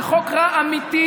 זה חוק רע אמיתי,